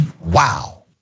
Wow